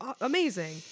amazing